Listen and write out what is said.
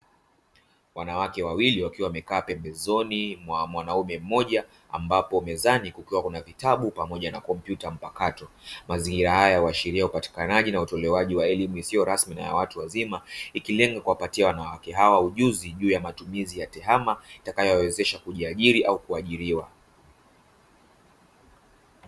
Wanawake wawili wakiwa wamekaa pembezoni mwa mwanaume mmoja ambapo mezani kukiwa kuna vitabu pamoja na kompyuta mpakato. Mazingira haya huashiria upatikanaji na utolewaji wa elimu isiyo rasmi na ya watu wazima, ikilenga kuwapatia wanawake hawa ujuzi juu ya matumizi ya tehama itakayowawezesha kujiajiri au kuajiriwa.